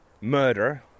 murder